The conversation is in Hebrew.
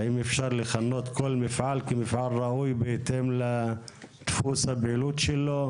האם אפשר לכנות כל מפעל כמפעל ראוי בהתאם לדפוס הפעילות שלו,